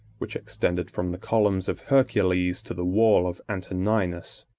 which extended from the columns of hercules to the wall of antoninus,